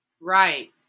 Right